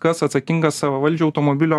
kas atsakingas savavaldžio automobilio